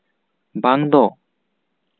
ᱵᱟᱝ ᱫᱚ